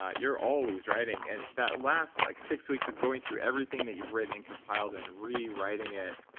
ah you're always writing. and that last like six weeks of going through everything that you've written and compiled and rewriting it,